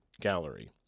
Gallery